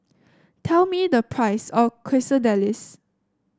tell me the price of Quesadillas